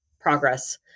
progress